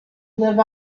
live